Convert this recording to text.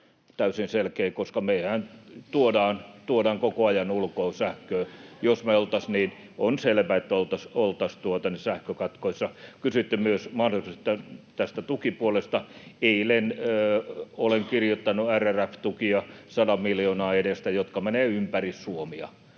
Täysin selkeä asia, koska mehän tuodaan koko ajan ulkoa sähköä. On selvä, että oltaisiin sähkökatkoissa. Kysyitte myös mahdollisesta tukipuolesta. Eilen olen kirjoittanut 100 miljoonan edestä RRF-tukia, jotka menevät ympäri Suomea.